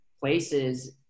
places